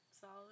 Solid